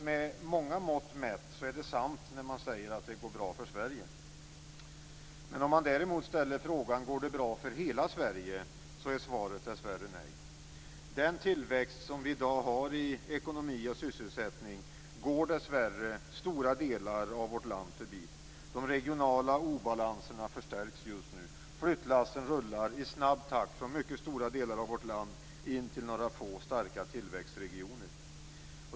Med många mått mätt är det alltså sant att det, som man säger, går bra för Sverige. Om man däremot ställer frågan om det går bra för hela Sverige blir svaret dessvärre nej. Den tillväxt i ekonomi och sysselsättning som vi i dag har går, tyvärr, stora delar av vårt land förbi. De regionala obalanserna förstärks just nu. Flyttlassen rullar i snabb takt från mycket stora delar av vårt land in till några få starka tillväxtregioner.